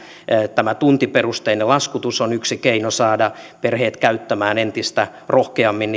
tämä tuntiperusteinen laskutus on yksi keino saada perheet käyttämään entistä rohkeammin